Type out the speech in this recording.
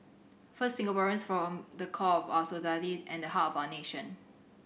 first Singaporeans form the core of our society and the heart of our nation